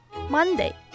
Monday